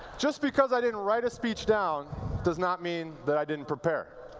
just because i didn't write a speech down does not mean that i didn't prepare.